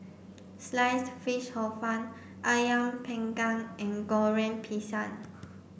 Sliced Fish Hor Fun Ayam panggang and Goreng Pisang